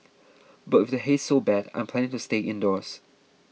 but with the haze so bad I'm planning to stay indoors